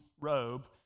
robe